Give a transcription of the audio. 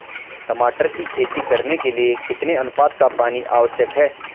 टमाटर की खेती करने के लिए कितने अनुपात का पानी आवश्यक है?